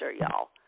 y'all